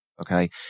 Okay